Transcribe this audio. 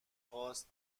خواست